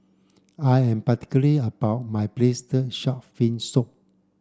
I am particular about my braised shark fin soup